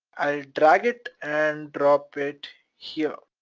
i'll drag it and drop it here,